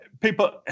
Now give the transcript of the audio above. People –